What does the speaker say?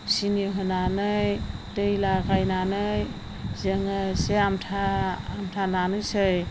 सिनि होनानै दै लागायनानै जोङो एसे आमथा आमथा नानोसै